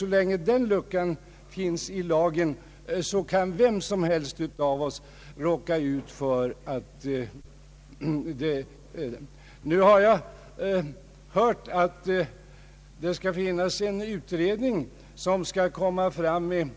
Så länge denna lucka finns i lagen kan vem som helst av oss råka ut för sådana här saker. Jag har hört sägas att det skall finnas en utredning som skall framlägga